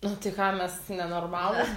o tai ką mes nenormalūs